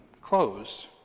closed